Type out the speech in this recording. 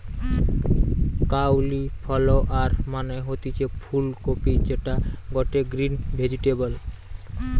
cauliflower মানে হতিছে ফুল কপি যেটা গটে গ্রিন ভেজিটেবল